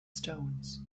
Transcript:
stones